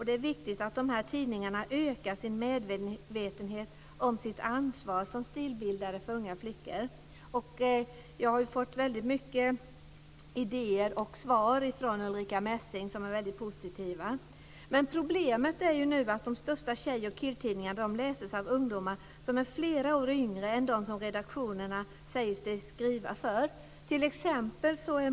Det är viktigt att de här tidningarna ökar medvetenheten om sitt ansvar som stilbildare för unga flickor. Jag har fått många idéer och svar från Ulrica Messing som är väldigt positiva, men problemet är att de största tjej och killtidningarna läses av ungdomar som är flera år yngre än dem som redaktionerna säger sig skriva för.